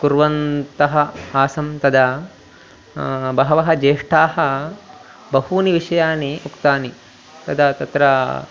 कुर्वन्तः आसं तदा बहवः ज्येष्ठाः बहवः विषयाः उक्ताः तदा तत्र